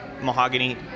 mahogany